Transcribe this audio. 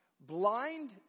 Blind